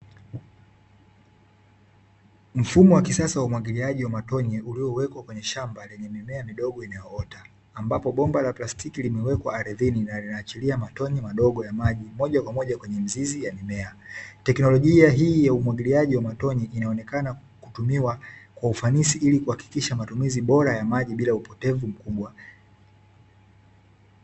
Mfumo wa kisasa wa umwagiliaji wa matone, uliowekwa kwenye shamba wenye mimea midogo inayoota, ambapo bomba la plastiki limewekwa ardhini na linaachilia matone madogo ya maji, moja kwa moja kwenye mizizi ya mimea. Teknolojia hii ya umwagiliaji wa matone, inaonekana kutumiwa kwa ufanisi ili kuhakikisha matumizi bora ya maji bila upotevu mkubwa.